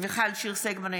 מיכל שיר סגמן,